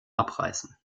abreißen